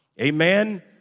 Amen